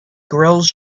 grills